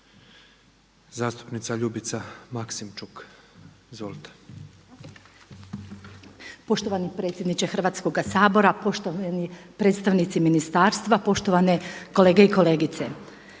Zastupnica Ljubica Maksimčuk. Izvolite.